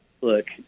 look